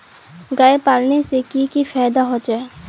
गाय पालने से की की फायदा होचे?